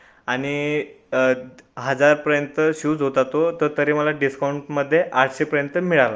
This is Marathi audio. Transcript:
आणि हजारपर्यंत शूज होता तो तर तरी मला डिस्काउंटमध्ये आठशेपर्यंत मिळाला